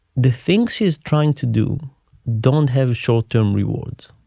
the things he's trying to do don't have short term rewards.